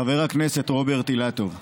חבר הכנסת רוברט אילטוב,